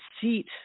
seat